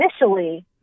initially